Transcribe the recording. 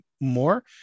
more